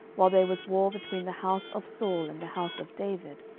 while there was war between the house of saul and the house of david,